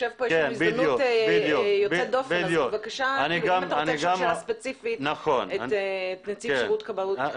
יש לנו הזדמנות יוצאת דופן שיושב כאן נציב כבאות והצלה.